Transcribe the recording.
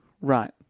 Right